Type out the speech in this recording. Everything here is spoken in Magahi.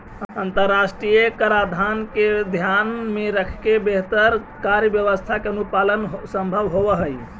अंतरराष्ट्रीय कराधान के ध्यान में रखके बेहतर कर व्यवस्था के अनुपालन संभव होवऽ हई